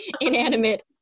inanimate